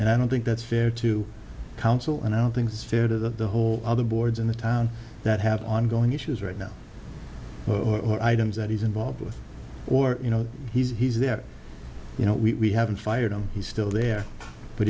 and i don't think that's fair to counsel and i don't think it's fair to the whole other boards in the town that have ongoing issues right now or items that he's involved with or you know he's there you know we haven't fired him he's still there but